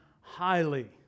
highly